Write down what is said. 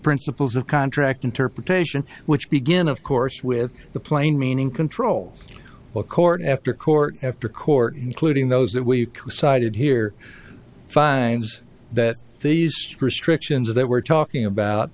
principles of contract interpretation which begin of course with the plain meaning controls a court after court after court including those that we've cited here finds that these restrictions that we're talking about